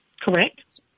Correct